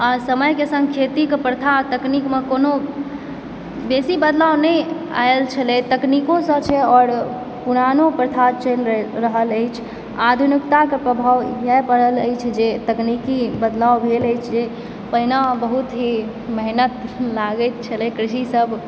आ समयके सङ्ग खेतीके प्रथा आ तकनीकमे कोनो बेसी बदलाव नहि आयल छलय तऽ तकनीकोसँ छै आओर पुरानो प्रथा चलि रहल अछि आधुनिकताके प्रभाव इएह पड़ल अछि जे तकनीकी बदलाव भेल अछि जे पहिने बहुत ही मेहनत लागैत छलय कृषिसभ